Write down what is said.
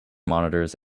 monitors